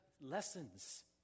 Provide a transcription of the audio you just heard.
lessons